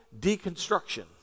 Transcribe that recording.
deconstruction